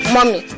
Mommy